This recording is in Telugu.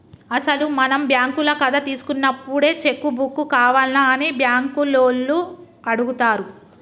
అసలు మనం బ్యాంకుల కథ తీసుకున్నప్పుడే చెక్కు బుక్కు కావాల్నా అని బ్యాంకు లోన్లు అడుగుతారు